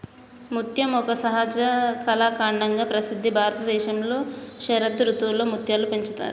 ముత్యం ఒక సహజ కళాఖండంగా ప్రసిద్ధి భారతదేశంలో శరదృతువులో ముత్యాలు పెంచుతారు